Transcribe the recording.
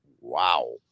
Wow